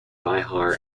bihar